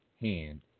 hand